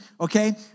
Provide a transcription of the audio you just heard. okay